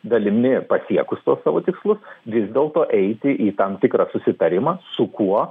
dalimi pasiekus tuos savo tikslus vis dėl to eiti į tam tikrą susitarimą su kuo